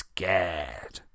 Scared